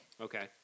Okay